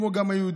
כמו גם היהודים,